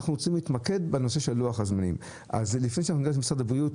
אנחנו רוצים להתמקד בנושא לוח הזמנים לפני שנשמע את נציגי משרד הבריאות.